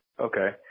Okay